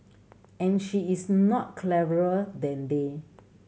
and she is not cleverer than they